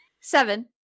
Seven